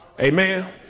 Amen